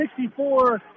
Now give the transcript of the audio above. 64